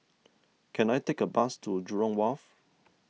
can I take a bus to Jurong Wharf